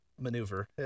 maneuver